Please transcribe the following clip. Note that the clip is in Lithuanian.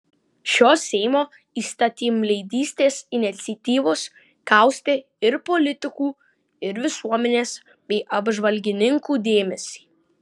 šios seimo įstatymleidystės iniciatyvos kaustė ir politikų ir visuomenės bei apžvalgininkų dėmesį